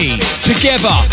Together